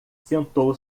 sentou